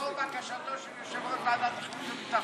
לאור בקשתו של יושב-ראש ועדת החוץ והביטחון,